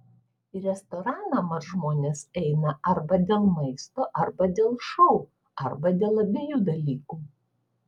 į restoraną mat žmonės eina arba dėl maisto arba dėl šou arba dėl abiejų dalykų